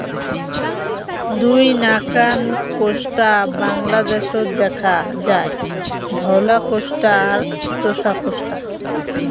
দুই নাকান কোষ্টা বাংলাদ্যাশত দ্যাখা যায়, ধওলা কোষ্টা আর তোষা কোষ্টা